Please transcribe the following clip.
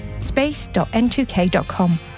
space.n2k.com